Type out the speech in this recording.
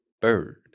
bird